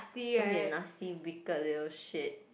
don't be a nasty wicked little shit